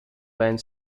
band